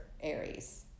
Aries